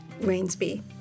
Rainsby